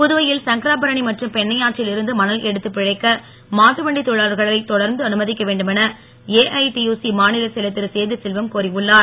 புதுவையில் சங்கராபரணி மற்றும் பெண்ணையாற்றில் இருந்து மணல் எடுத்துப் பிழைக்க மாட்டு வண்டித் தொழிலாளர்களை தொடர்ந்து அனுமதிக்க வேண்டுமென ஏஐடியுசி மாநிலச் செயலர் திருசேது செல்வம் கோரியுள்ளார்